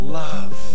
love